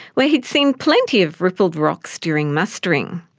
where he'd seen plenty of rippled rocks during mustering.